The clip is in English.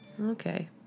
Okay